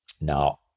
Now